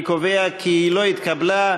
אני קובע כי היא לא התקבלה.